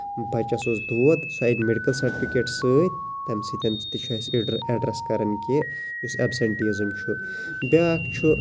بَچَس اوس دود سُہ انہِ میڈِکَل سٹِفِکیٹ سۭتۍ تَمہِ سۭتۍ تہِ چہِ أسۍ اِڈ ایڈرَس کران کہِ یُس ایبسینٹیٖزم چھُ بیاکھ چھُ